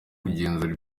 kugenzura